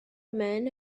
men